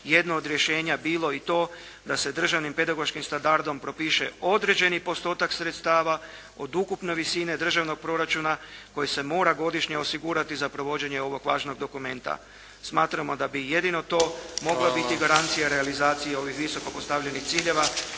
jedno od rješenja bilo i to da se Državnim pedagoškim standardom propiše određeni postotak sredstava od ukupne visine državnog proračuna koji se mora godišnje osigurati za provođenje ovog važnog dokumenta. Smatramo da bi jedino to … **Bebić, Luka (HDZ)** Hvala. **Vincelj,